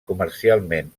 comercialment